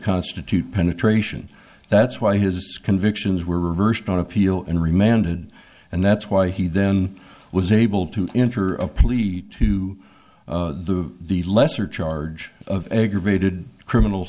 constitute penetration that's why his convictions were reversed on appeal and remained and that's why he then was able to enter a plea to the lesser charge of aggravated criminal